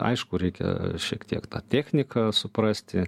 aišku reikia šiek tiek tą techniką suprasti